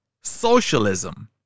socialism